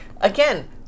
again